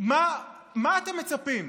מה אתם מצפים?